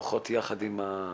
יחד עם הפונה.